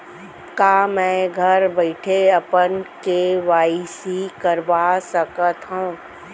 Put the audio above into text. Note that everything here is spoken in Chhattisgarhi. का मैं घर बइठे अपन के.वाई.सी करवा सकत हव?